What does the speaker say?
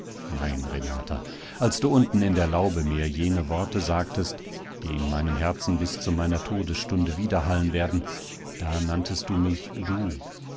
nein renata als du unten in der laube mir jene worte sagtest die in meinem herzen bis zu meiner todesstunde widerhallen werden da nanntest du mich du